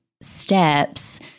steps